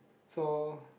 so